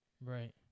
right